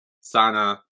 Sana